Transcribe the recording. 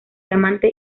diamante